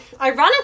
ironically